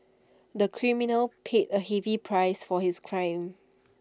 the criminal paid A heavy price for his crime